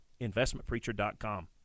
investmentpreacher.com